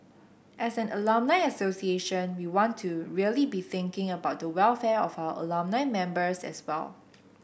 as an alumni association we want to really be thinking about the welfare of our alumni members as well